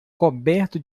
coberto